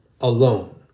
alone